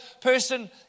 person